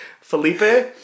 Felipe